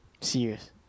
serious